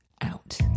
out